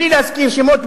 בלי להזכיר שמות,